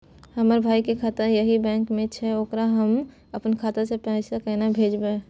हमर भाई के खाता भी यही बैंक में छै ओकरा हम अपन खाता से पैसा केना भेजबै?